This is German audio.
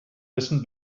essen